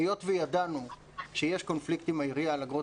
היות וידענו שיש קונפליקט עם העירייה על אגרות